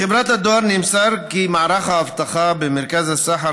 מחברת הדואר נמסר כי מערך האבטחה במרכז הסחר